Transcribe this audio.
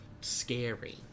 Scary